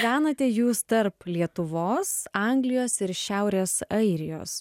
gyvenate jūs tarp lietuvos anglijos ir šiaurės airijos